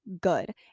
good